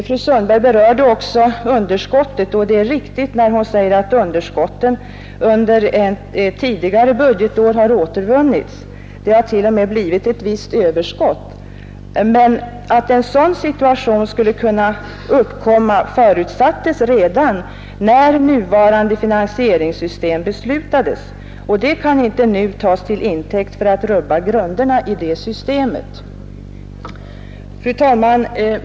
Fru Sundberg berörde också underskottet, och det är riktigt när hon säger att underskotten under tidigare budgetår har återvunnits. Det har t.o.m. blivit ett visst överskott. Men att en sådan situation skulle uppkomma förutsattes redan när nuvarande finansieringssystem beslutades, och det kan inte nu tas till intäkt för att rubba grunderna i detta system. Fru talman!